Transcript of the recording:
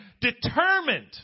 determined